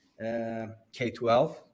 K-12